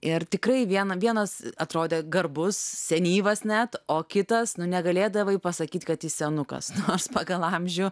ir tikrai vieną vienas atrodė garbus senyvas net o kitas nu negalėdavai pasakyt kad jis senukas nors pagal amžių